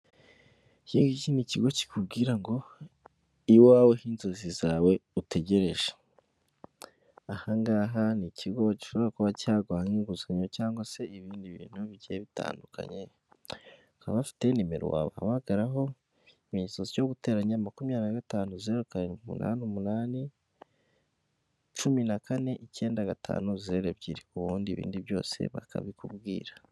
Yega iki ni kigo kikubwira ngo iwawe h'inzozi zawe utegereje, aha ngaha ni ikigo gishobora kuba cyaguha nk'inguzanyo cyangwa se ibindi bintu bigiye bitandukanye, bakaba bafite nimero wabahamagaraho, ikimenyetso cyo guteranya makumyabiri na gatanu zeru karindwi umunani umunani cumi na kane icyenda gatanu zeru ebyiri, ubundi ibindi byose bakabikubwira.